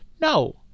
No